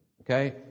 Okay